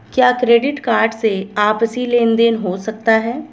क्या credit card से आपसी लेनदेन हो सकता है?